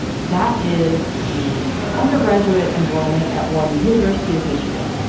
that is the undergraduate enrollment at one university of michigan.